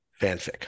fanfic